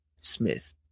Smith